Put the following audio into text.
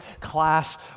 class